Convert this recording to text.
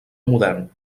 modern